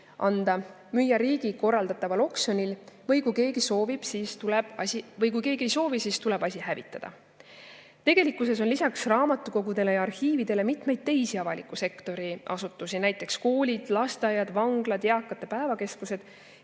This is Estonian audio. anda, need riigi korraldataval oksjonil maha müüa või kui keegi asja ei soovi, siis tuleb see hävitada. Tegelikkuses on lisaks raamatukogudele ja arhiividele mitmeid teisi avaliku sektori asutusi, näiteks koolid, lasteaiad, vanglad, eakate päevakeskused,